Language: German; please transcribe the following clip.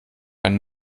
einen